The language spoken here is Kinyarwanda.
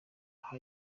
aho